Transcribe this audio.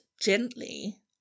gently